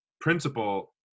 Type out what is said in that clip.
principle